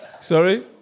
Sorry